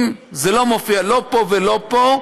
אם זה לא מופיע לא פה ולא פה,